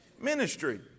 ministry